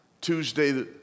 Tuesday